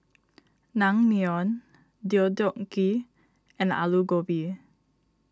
Naengmyeon Deodeok Gui and Alu Gobi